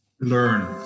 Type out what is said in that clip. learn